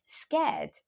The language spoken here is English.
scared